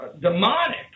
demonic